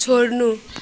छोड्नु